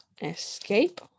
escape